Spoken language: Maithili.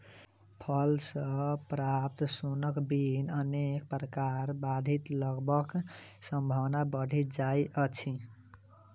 फल सॅ प्राप्त सोनक बिन अनेक प्रकारक ब्याधि लगबाक संभावना बढ़ि जाइत अछि